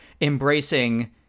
embracing